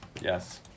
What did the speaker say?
Yes